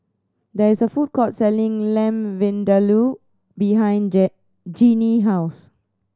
there is a food court selling Lamb Vindaloo behind J Jeanine house